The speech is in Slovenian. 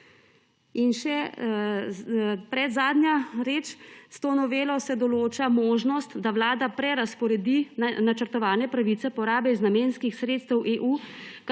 In še predzadnja reč. S to novelo se določa možnost, da Vlada prerazporedi načrtovane pravice porabe iz namenskih sredstev EU,